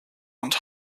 und